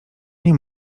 nie